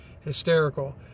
hysterical